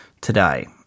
today